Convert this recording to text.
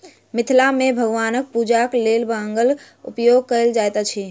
मिथिला मे भगवानक पूजाक लेल बांगक उपयोग कयल जाइत अछि